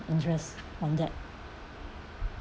interest on that